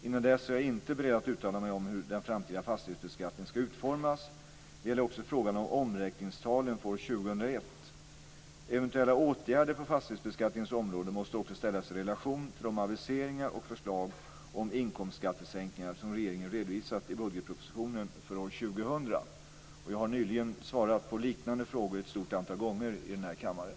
Innan dess är jag inte beredd att uttala mig om hur den framtida fastighetsbeskattningen ska utformas. Detta gäller också frågan om omräkningstalen för år 2001. Eventuella åtgärder på fastighetsbeskattningens område måste också ställas i relation till de aviseringar och förslag om inkomstskattesänkningar som regeringen redovisat i budgetpropositionen för år 2000. Jag har nyligen svarat på liknande frågor ett stort antal gånger här i kammaren.